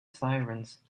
sirens